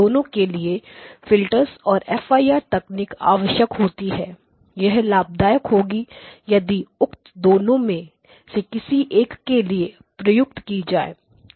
दोनों के लिए फिल्टर्स और fir तकनीक आवश्यकता होती है यह लाभदायक होगी यदि उक्त दोनों में से किसी एक के लिए प्रयुक्त की जाए